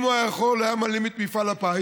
אם הוא היה יכול, הוא היה מעלים את מפעל הפיס.